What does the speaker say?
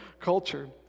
culture